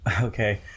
okay